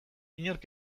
inork